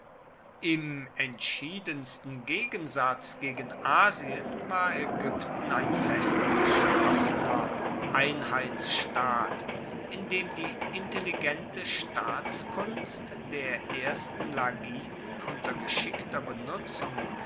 im entschiedensten gegensatz gegen asien war aegypten ein festgeschlossener einheitsstaat in dem die intelligente staatskunst der ersten lagiden unter geschickter benutzung